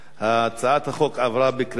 הצעת החוק עברה בקריאה שנייה.